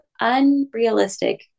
unrealistic